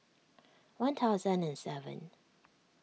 one thousand and seven